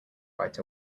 right